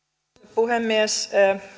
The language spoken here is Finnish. puhemies